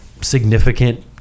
significant